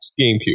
GameCube